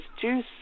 juice